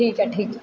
ठीक है ठीक है